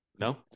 No